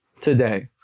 today